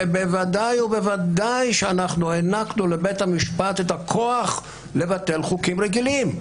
שבוודאי ובוודאי אנחנו הענקנו לבית המשפט את הכוח לבטל חוקים רגילים.